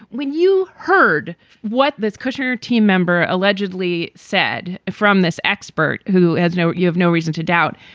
when you heard what this kushnir team member allegedly said from this expert who has no you have no reason to doubt.